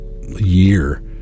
year